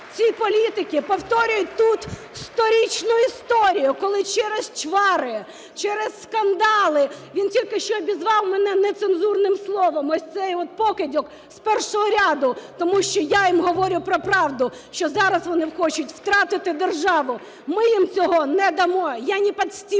ці політики повторюють тут сторічну історію, коли через чвари, через скандали, він тільки що обізвав мене нецензурним словом, ось цей покидьок з першого ряду, тому що я їм говорю про правду, що зараз вони хочуть втратити державу. Ми їм цього не дамо! Я не подстілка.